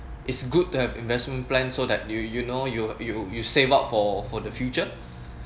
it's good to have investment plan so that you you know you you you save up for for the future